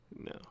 No